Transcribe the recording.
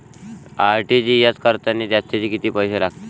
RTGS करतांनी जास्तचे कितीक पैसे लागते?